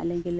അല്ലെങ്കിൽ